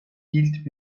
hielt